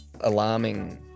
alarming